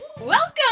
Welcome